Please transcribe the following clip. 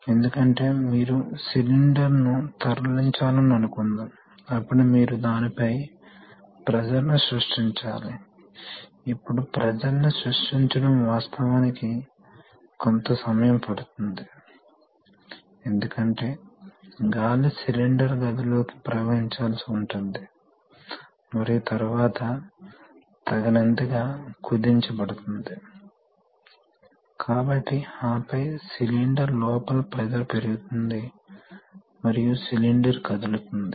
కాబట్టి ఇవి సాధారణంగా చాలా ఖచ్చితమైన పరికరాలు చాలా ఖరీదైనవి తయారు చేయడం కష్టం తయారీ మరియు ప్రధానంగా అధిక పవర్ లోడ్ల యొక్క ఖచ్చితమైన కదలిక కోసం ఉపయోగిస్తాయి కాబట్టి మనము ప్రపోర్షనల్ వాల్వ్స్ తో ప్రారంభిస్తాము